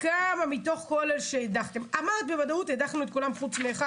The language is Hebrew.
כמה מתוך כל אלה שהדחתם אמרת שהדחתם את כולם למעט אחד,